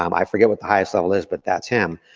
um i forget what the highest level is, but that's him.